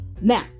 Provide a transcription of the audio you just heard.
Now